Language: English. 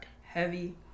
Heavy